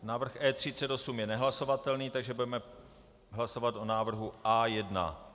Návrh E38 je nehlasovatelný, takže budeme hlasovat o návrhu A1.